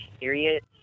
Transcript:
period